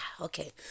okay